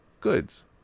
goods